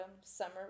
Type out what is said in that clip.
summer